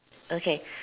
okay